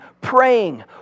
praying